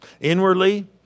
Inwardly